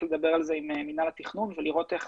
לדבר על זה עם מינהל התכנון ולראות איך